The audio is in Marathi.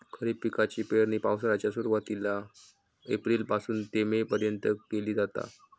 खरीप पिकाची पेरणी पावसाळ्याच्या सुरुवातीला एप्रिल पासून ते मे पर्यंत केली जाता